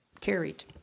Carried